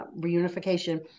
reunification